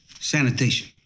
Sanitation